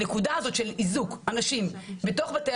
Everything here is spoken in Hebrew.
הנקודה הזאת של איזוק אנשים בתוך בתי